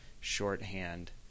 shorthand